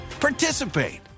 participate